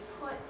put